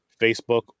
Facebook